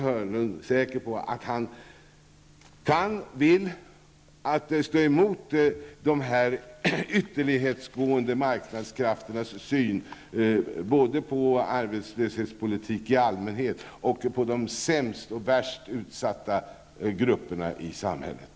Hörnlund säker på att han kan och vill stå emot den ytterlighetsgående marknadsmässiga synen både på arbetslöshetspolitiken i allmänhet och på de värst utsatta grupperna i samhället?